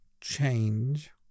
change